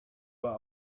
war